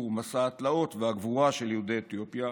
מסע התלאות והגבורה של יהודי אתיופיה